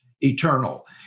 eternal